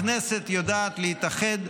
הכנסת יודעת להתאחד,